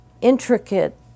intricate